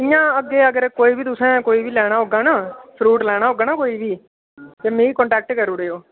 इयां अग्गै अगर कोई बी तुसेंगी कोई बी लैना होग ना फरूट लैना होगा ना कोई बी ते मिगी कांटेक्ट करी ओड़ेओ